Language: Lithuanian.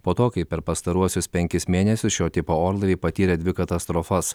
po to kai per pastaruosius penkis mėnesius šio tipo orlaiviai patyrė dvi katastrofas